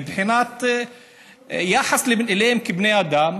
מבחינת היחס אליהם כבני אדם.